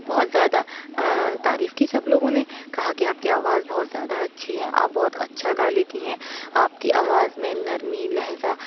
بہت زیادہ تعریف کی سب لوگوں نے کہا کہ آپ کی آواز بہت زیادہ اچھی ہے آپ بہت اچھا گا لیتی ہیں آپ کی آواز میں نرمی لہجہ